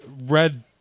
red